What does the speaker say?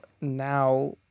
now